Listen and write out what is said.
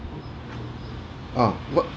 uh what